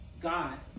God